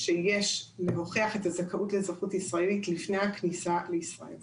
שיש להוכיח את הזכאות לאזרחות ישראלית לפני הכניסה לישראל.